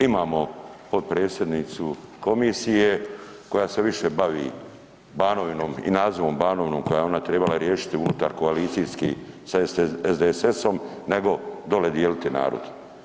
Imamo potpredsjednicu komisije koja se više bavi Banovinom i nazivom Banovinom koje je ona trebala riješiti unutar koalicijskih sa SDSS-om nego dole dijeliti narodu.